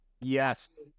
Yes